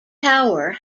tower